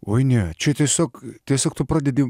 oi ne čia tiesiog tiesiog tu pradedi